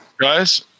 Guys